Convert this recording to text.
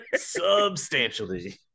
Substantially